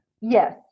Yes